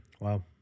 Wow